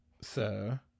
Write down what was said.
sir